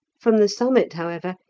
from the summit, however,